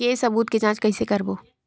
के सबूत के जांच कइसे करबो?